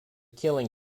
killing